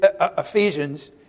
Ephesians